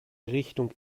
richtung